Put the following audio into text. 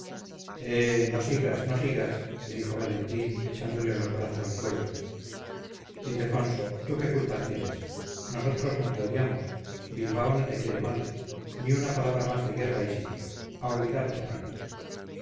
no sigas no sigas le dijo valentín echándole los brazos al cuello ildefonso tú qué culpa tienes nosotros no te odiamos bilbao no te quiere mal ni una palabra más de guerra y sitio a olvidar tocan